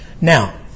Now